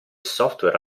software